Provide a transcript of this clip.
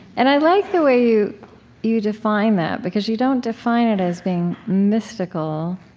and i like the way you you define that, because you don't define it as being mystical.